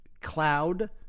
cloud